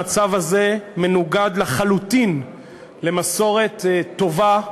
המצב הזה מנוגד לחלוטין למסורת טובה,